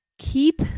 Keep